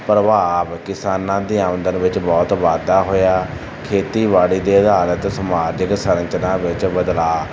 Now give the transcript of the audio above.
ਪ੍ਰਭਾਵ ਕਿਸਾਨਾਂ ਦੇ ਆਮਦਨ ਵਿੱਚ ਬਹੁਤ ਵਾਧਾ ਹੋਇਆ ਖੇਤੀਬਾੜੀ ਦੇ ਆਧਾਰਿਤ ਸਮਾਜਿਕ ਸੰਰਚਨਾ ਵਿੱਚ ਬਦਲਾਅ